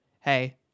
hey